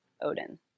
Odin